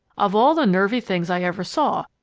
of all the nervy things i ever saw,